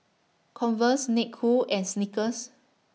Converse Snek Ku and Snickers